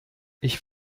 ich